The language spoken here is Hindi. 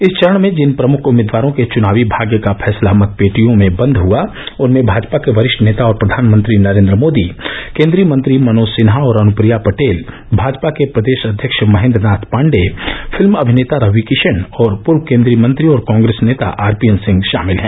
इस चरण में जिन प्रमुख उम्मीदवारों के चुनावी भाग्य का फैसला मतपेटियों में बन्द हुआ उनमें भाजपा के वरिष्ठ नेता और प्रधानमंत्री नरेन्द्र मोदी केन्द्रीय मंत्री मनोज सिन्हा और अनुप्रिया पटेल भाजपा के प्रदेष अध्यक्ष महेन्द्र नाथ पाण्डेय फिल्म अभिनेता रवि किषन और पूर्व केन्द्रीय मंत्री और कॉग्रेस नेता आरपीएन सिंह षामिल हैं